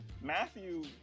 Matthew